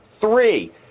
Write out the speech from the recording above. Three